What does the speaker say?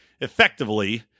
effectively